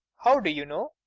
how do you know?